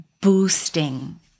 boosting